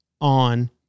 on